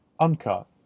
uncut